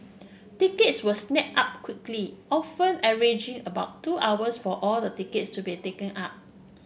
tickets were snap up quickly often averaging about two hours for all the tickets to be taken up